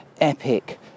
epic